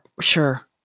Sure